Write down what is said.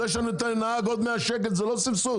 זה שאני נותן לנהג עוד 100 שקל זה לא סבסוד.